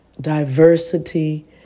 diversity